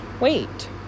Wait